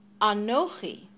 Anochi